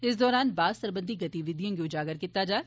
इस दौरान बांस सरबंधी गतिविधियें गी उजागर कीता जाग